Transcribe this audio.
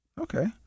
Okay